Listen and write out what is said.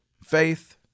faith